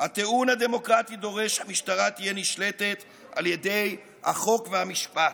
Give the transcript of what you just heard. "הטיעון הדמוקרטי דורש שהמשטרה תהיה נשלטת על ידי החוק והמשפט,